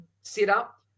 setup